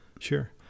Sure